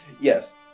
Yes